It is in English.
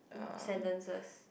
sentences